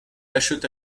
acheta